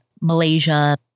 Malaysia